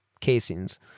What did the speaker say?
casings